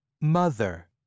Mother